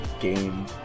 game